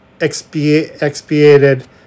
expiated